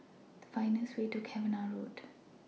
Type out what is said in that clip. Find The fastest Way to Cavenagh Road